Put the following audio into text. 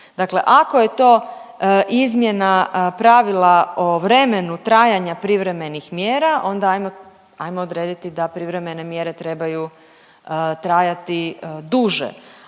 dakle ako je to izmjena pravila o vremenu trajanja privremenih mjera onda ajmo, ajmo odrediti da privremene mjere trebaju trajati duže,